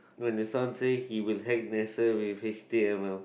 when the son say he will hack N_A_S_A with h_t_m_l